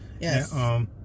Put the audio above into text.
Yes